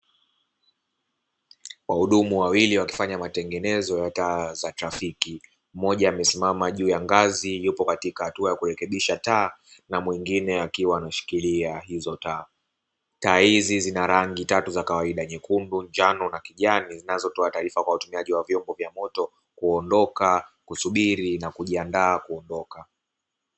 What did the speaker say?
Wahudumu wawili wakifanya matengenezo ya taa za trafiki mmoja amesimama juu ya ngazi yupo katika hatua ya kurekebisha taa na mwingine akiwa ameshikilia hizo taa. Taa izi zina rangi tatu za kawaida nyekundu njano na kijani zinazotoa taarifa kwa watumiaji wa vyombo vya moto kuondoka, kusubili na kujiandaa kutoka.